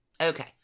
Okay